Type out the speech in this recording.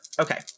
Okay